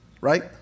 Right